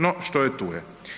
No što je tu je.